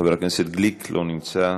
חבר הכנסת גליק, לא נמצא,